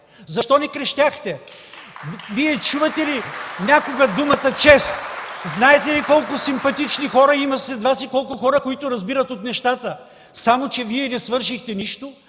(Ръкопляскания.) Вие чували ли сте някога думата „чест”? Знаете ли колко симпатични хора има сред Вас и колко хора, които разбират от нещата? Само че не свършихте нищо!